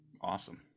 Awesome